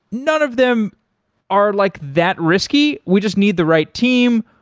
none of them are like that risky. we just need the right team,